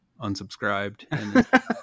unsubscribed